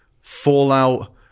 fallout